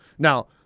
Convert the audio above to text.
Now